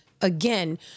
Again